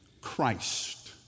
Christ